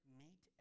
meet